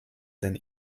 than